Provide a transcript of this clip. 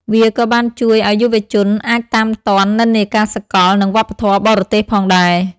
វាក៏បានជួយឱ្យយុវជនអាចតាមទាន់និន្នាការសកលនិងវប្បធម៌បរទេសផងដែរ។